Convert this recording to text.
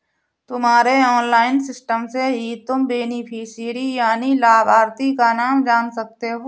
तुम्हारे online system से ही तुम बेनिफिशियरी यानि लाभार्थी का नाम जान सकते हो